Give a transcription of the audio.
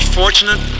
fortunate